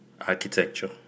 architecture